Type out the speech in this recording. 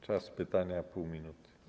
Czas pytania - pół minuty.